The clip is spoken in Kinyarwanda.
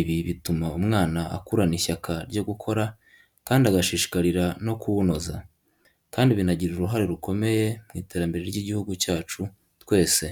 Ibi bituma umwana akurana ishyaka ryo gukora kandi agashishikarira no kuwunoza. Kandi binagira uruhare rukomeye mu iterambere ry'igihugu cyacu twese.